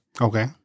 Okay